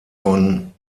von